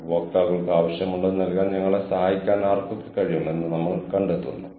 അപ്പോൾ മാത്രമേ എന്റെ മുതിർന്നവർക്കും ഇതിനെക്കുറിച്ച് ബോധ്യപ്പെടേണ്ടതുള്ളൂ